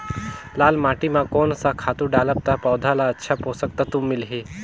लाल माटी मां कोन सा खातु डालब ता पौध ला अच्छा पोषक तत्व मिलही?